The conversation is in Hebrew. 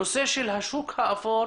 הנושא של השוק האפור